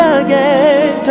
again